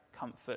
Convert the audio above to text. comfort